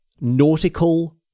nautical